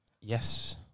Yes